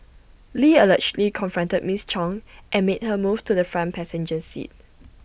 lee allegedly confronted miss chung and made her move to the front passenger seat